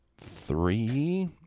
three